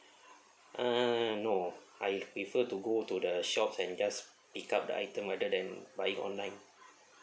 err no I prefer to go to the shops and just pick up the item rather than buying online